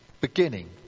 beginning